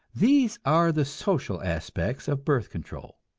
these are the social aspects of birth control.